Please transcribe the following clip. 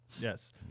Yes